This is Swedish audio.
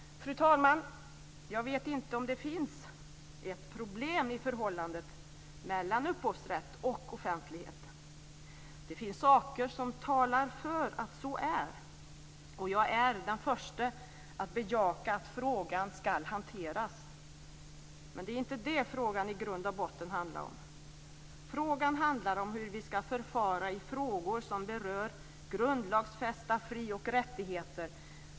Fru talman! Jag vet inte om det finns ett problem i förhållandet mellan upphovsrätt och offentlighet men det finns saker som talar för att så är fallet. Jag är den första att bejaka att frågan ska hanteras. Men det är inte det som frågan i grund och botten handlar om. Det handlar om hur vi ska förfara i frågor som berör grundlagsfästa fri och rättigheter.